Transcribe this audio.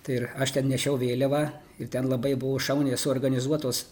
tai ir aš ten nešiau vėliavą ir ten labai buvo šauniai suorganizuotos